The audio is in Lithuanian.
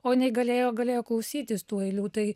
o jinai galėjo galėjo klausytis tų eilių tai